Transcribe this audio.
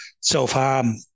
self-harm